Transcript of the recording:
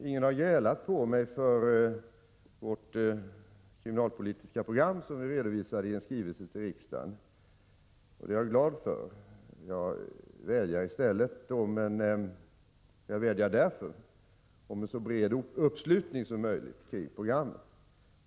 Ingen har grälat på mig för vårt kriminalpolitiska program som vi redovisar i en skrivelse till riksdagen, och det är jag glad för. Jag vädjar därför om en så bred uppslutning som möjligt till programmet.